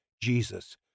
Jesus